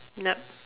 yup